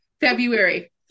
February